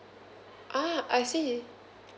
ah I see